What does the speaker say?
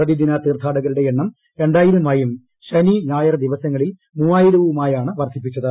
പ്രതിദിന തീർത്ഥാടകരുടെ എണ്ണം ്രണ്ടായിരമായും ശനി ഞായർ ദിവസങ്ങളിൽ മൂവായിരവുമായാണ് വർദ്ധിപ്പിച്ചത്